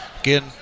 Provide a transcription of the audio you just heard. Again